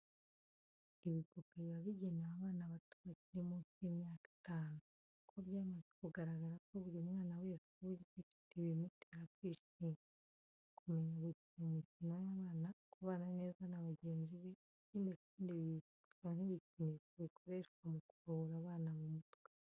Ibipupe biba bigenewe abana bato bakiri munsi y'imyaka itanu, kuko byamaze kugaragara ko buri mwana wese uba ugifite bimutera kwishima, kumenya gukina imikino y'abana, kubana neza na bagenzi be ikindi kandi ibi bifatwa nk'ibikinisho bikoreshwa mu kuruhura abana mu mutwe.